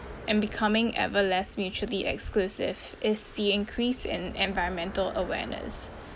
and becoming ever less mutually exclusive is the increase in environmental awareness